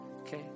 Okay